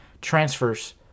transfers